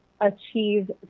achieve